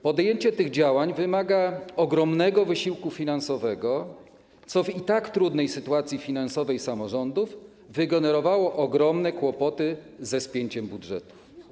Podjęcie tych działań wymaga ogromnego wysiłku finansowego, co w i tak trudnej sytuacji finansowej samorządów wygenerowało ogromne kłopoty ze spięciem budżetów.